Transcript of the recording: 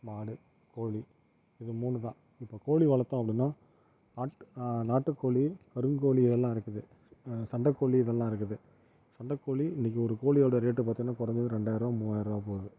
மாடு கோழி இது மூணு தான் இப்போ கோழி வளர்த்தோம் அப்படின்னா ஆட் நாட்டுக்கோழி கருங்கோழி எல்லாம் இருக்குது சண்டைக்கோழி இதெல்லாம் இருக்குது சண்டைக்கோழி இன்னிக்கு ஒரு கோழியோடய ரேட் பார்த்திங்னா குறஞ்சது ரெண்டாயிரூவா மூவாயிரூவா போகுது